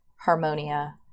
Harmonia